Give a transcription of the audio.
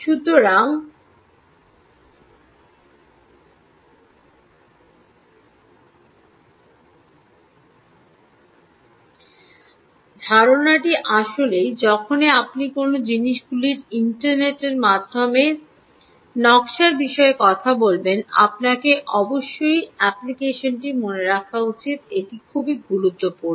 সুতরাং ধারণাটি আসলেই যখন আপনি কোনও জিনিসগুলির ইন্টারনেটের জন্য নকশার বিষয়ে কথা বলবেন আপনাকে অবশ্যই অ্যাপ্লিকেশনটি মনে রাখা উচিত এটি খুব গুরুত্বপূর্ণ